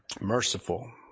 merciful